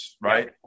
right